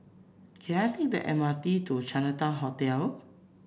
can I take the M R T to Chinatown Hotel